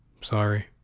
Sorry